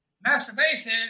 masturbation